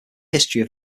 history